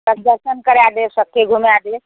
खाली दर्शन करै देब सबके घुमै देब